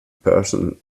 person